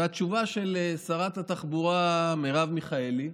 והתשובה של שרת התחבורה מרב מיכאלי: